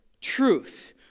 truth